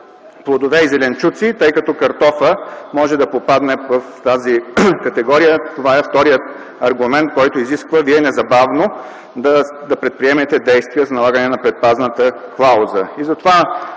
плодове и зеленчуци, тъй като картофа може да попадне в тази категория. Това е вторият аргумент, който изисква Вие незабавно да предприемете действия за налагане на предпазната клауза.